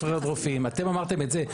אתם אמרתם את זה.